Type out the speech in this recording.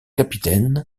capitaine